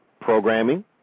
programming